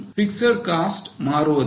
fixed cost மாறுவதில்லை